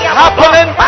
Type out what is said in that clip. happening